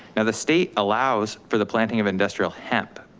and the state allows for the planting of industrial hemp,